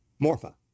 Morpha